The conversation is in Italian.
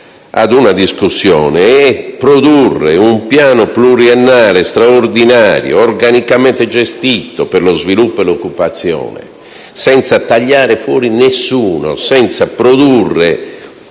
ad una discussione e produrre un piano pluriennale straordinario, organicamente gestito per lo sviluppo e l'occupazione, senza tagliare fuori nessuno, senza produrre